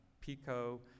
PICO